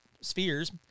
spheres